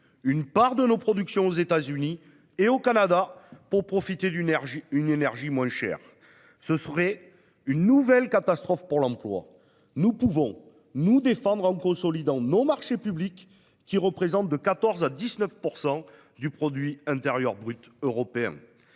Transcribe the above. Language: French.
une part de nos productions aux États-Unis et au Canada pour profiter d'une énergie moins chère. Ce serait une nouvelle catastrophe pour l'emploi. Nous pouvons pourtant nous défendre en consolidant nos marchés publics, qui représentent de 14 % à 19 % du produit